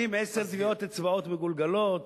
נותנים עשר טביעות אצבעות מגולגלות,